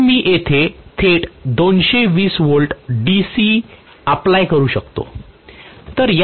तर मी येथे थेट 220 व्होल्ट DC अप्लाय करू शकतो